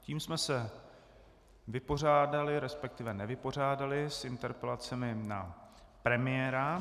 Tím jsme se vypořádali, respektive nevypořádali s interpelacemi na premiéra.